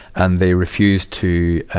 and they refuse to,